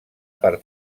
per